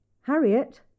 Harriet